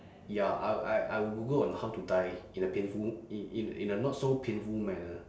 ya I'll I I will google on how to die in a painful in in in a not so painful manner